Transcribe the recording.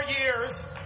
years